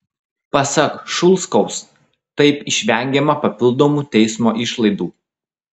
pasak šulskaus taip išvengiama papildomų teismo išlaidų